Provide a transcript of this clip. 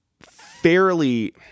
fairly